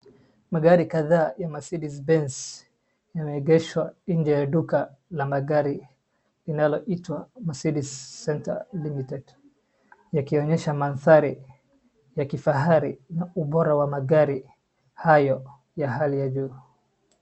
Magari kadhaa ya Mercedes benz yameegeshwa nje ya duka la magari linaloitwa Mercedes center limited yakionyesha mandhari ya kifahari na ubora wa magari hayo ya hali ya juu.